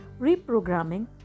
reprogramming